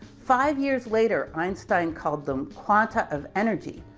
five years later, einstein called them quanta of energy,